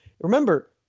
remember